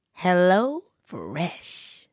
HelloFresh